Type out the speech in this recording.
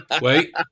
wait